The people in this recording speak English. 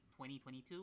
2022